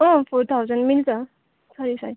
अँ four thousand मिल्छ sorry sorry